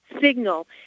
signal